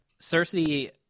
Cersei